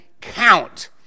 count